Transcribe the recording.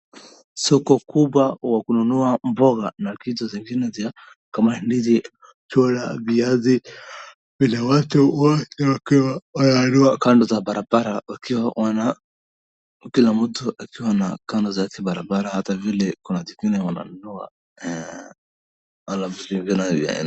Soko kubwa wa kununua mboga na vitu vingine vya kama ndizi, chungwa, viazi ina watu wote wakiwa wananunua kando za barabara wakiwa wana kila mtu akiwa na kando zake barabara hata vile kuna watu wengine wananunua.